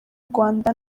rwanda